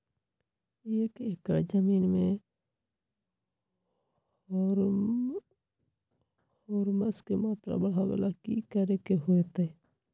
एक एकड़ जमीन में ह्यूमस के मात्रा बढ़ावे ला की करे के होतई?